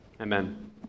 Amen